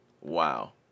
Wow